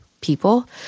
people